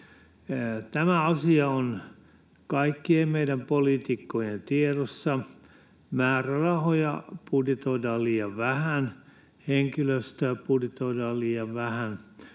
Tä-mä asia on kaikkien meidän poliitikkojen tiedossa. Määrärahoja budjetoidaan liian vähän, henkilöstöä budjetoidaan liian vähän.